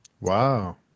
Wow